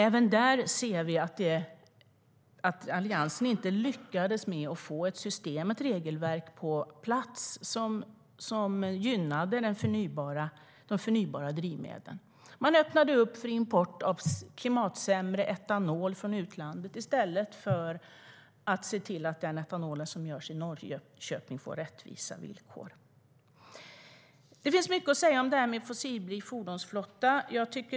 Även här ser vi att Alliansen inte lyckades med att få ett regelverk på plats som gynnar de förnybara drivmedlen. Man öppnade upp för import av klimatsämre etanol från utlandet i stället för att se till att den etanol som görs i Norrköping fick bättre villkor. Det finns mycket att säga om en fossilfri fordonsflotta.